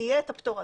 יהיה את הפטור הזה.